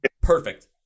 Perfect